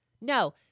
No